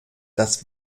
das